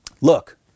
look